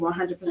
100%